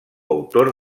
autor